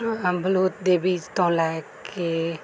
ਦੇ ਬੀਜ ਤੋਂ ਲੈ ਕੇ